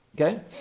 Okay